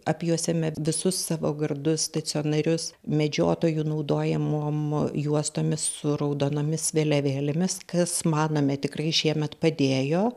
apjuosiame visus savo gardus stacionarius medžiotojų naudojamom juostomis su raudonomis vėliavėlėmis kas manome tikrai šiemet padėjo